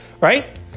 right